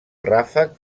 ràfec